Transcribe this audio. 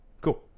Cool